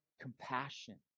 compassion